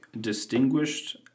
distinguished